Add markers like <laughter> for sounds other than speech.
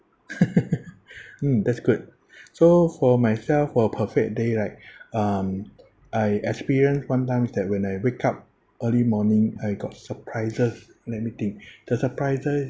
<laughs> mm that's good <breath> so for myself for a perfect day right <breath> um I experienced one time is that when I wake up early morning I got surprises let me think <breath> the surprises